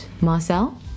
Marcel